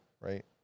right